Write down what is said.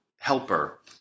helper